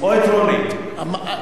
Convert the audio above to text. או את רוני או אותו.